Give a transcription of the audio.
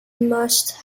must